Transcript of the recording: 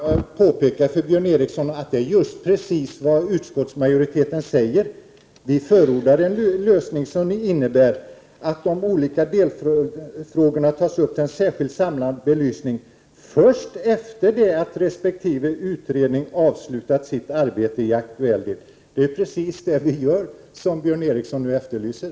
Herr talman! Jag vill då för Björn Ericson påpeka att det är just detta som utskottsmajoriteten säger. Vi förordar en lösning som innebär att de olika delfrågorna tas upp till en särskild samlad belysning först efter det att resp. utredning avslutat sitt arbete i aktuell del. Vi har således sagt precis det som Björn Ericson nu efterlyser.